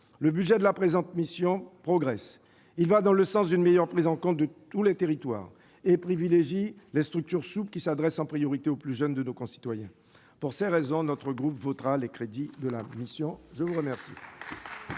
le budget de la présente mission progresse ; il va dans le sens d'une meilleure prise en compte de tous les territoires et privilégie les structures souples, qui s'adressent en priorité aux plus jeunes de nos concitoyens. Pour toutes ces raisons, mon groupe votera les crédits de la mission « Culture